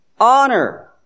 honor